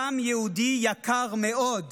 דם יהודי יקר מאוד,